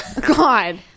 God